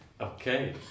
okay